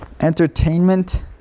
Entertainment